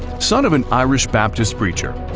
son of an irish baptist preacher.